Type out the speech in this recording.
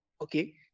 Okay